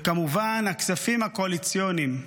וכמובן הכספים הקואליציוניים,